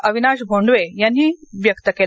अविनाश भोंडवे यांनी व्यक्त केल